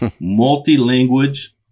multi-language